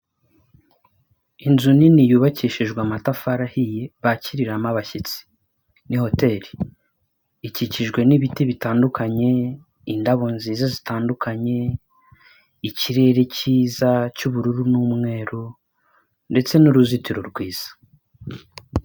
Inzu nini yubakishijwe amatafari ahiye bakiriramo abashyitsi. Ni hoteli. Ikikijwe n'ibiti bitandukanye, indabo nziza zitandukanye, ikirere cyiza cy'ubururu n'umweru ndetse n'uruzitiro rwiza.